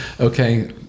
Okay